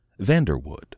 Vanderwood